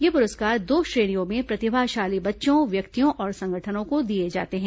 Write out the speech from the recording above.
यह पुरस्कार दो श्रेणियों में प्रतिभाशाली बच्चों व्यक्तियों और संगठनों को दिए जाते हैं